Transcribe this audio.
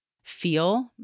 feel